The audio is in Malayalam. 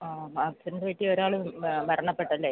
അപ്പം ആക്സിഡന്റിൽ ഒരാള് മരണപ്പെട്ടല്ലേ